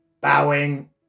Bowing